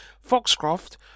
Foxcroft